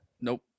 Nope